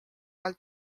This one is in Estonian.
vahel